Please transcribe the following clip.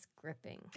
gripping